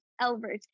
Albert